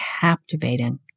captivating